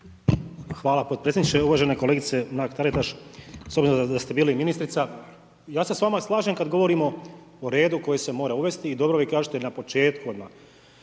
Hvala potpredsjedniče. Uvažena kolegice Mark Taritaš, s obzirom da ste bili ministrica, ja se s vama slažem kada govorimo o redu koji se mora uvesti i dobro vi kažete na početku